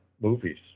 movies